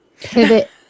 pivot